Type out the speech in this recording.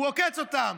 הוא עוקץ אותם.